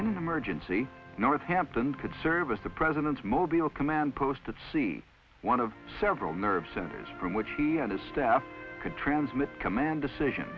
emergency northhampton could service the president's mobile command post at c one of several nerve centers from which he and his staff could transmit command decision